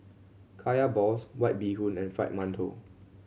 Kaya balls White Bee Hoon and Fried Mantou